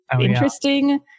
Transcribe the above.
interesting